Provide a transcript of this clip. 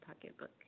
pocketbook